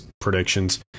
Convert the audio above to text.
predictions